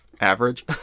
average